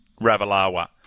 Ravalawa